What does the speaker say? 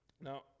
Now